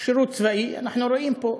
שירות צבאי אנחנו רואים פה: